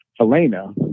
Elena